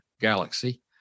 Galaxy